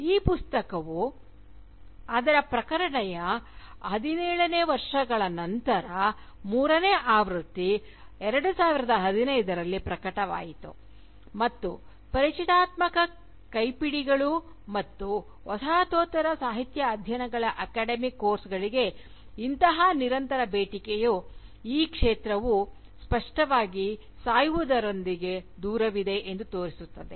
ಈ ಪುಸ್ತಕವು ಅದರ ಪ್ರಕಟಣೆಯ 17 ವರ್ಷಗಳ ನಂತರ ಮೂರನೇ ಆವೃತ್ತಿ 2015 ರಲ್ಲಿ ಪ್ರಕಟವಾಯಿತು ಮತ್ತು ಪರಿಚಯಾತ್ಮಕ ಕೈಪಿಡಿಗಳು ಮತ್ತು ವಸಾಹತೋತ್ತರ ಸಾಹಿತ್ಯ ಅಧ್ಯಯನಗಳ ಅಕಾಡೆಮಿಕ್ ಕೋರ್ಸ್ ಗಳಿಗೆ ಇಂತಹ ನಿರಂತರ ಬೇಡಿಕೆಯು ಈ ಕ್ಷೇತ್ರವು ಸ್ಪಷ್ಟವಾಗಿ ಸಾಯುವದರಿಂದ ದೂರವಿದೆ ಎಂದು ತೋರಿಸುತ್ತದೆ